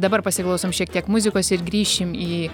dabar pasiklausom šiek tiek muzikos ir grįšim į